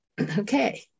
Okay